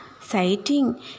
sighting